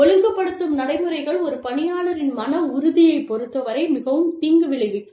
ஒழுங்குபடுத்தும் நடைமுறைகள் ஒரு பணியாளரின் மன உறுதியைப் பொறுத்தவரை மிகவும் தீங்கு விளைவிக்கும்